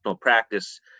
practice